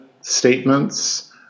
statements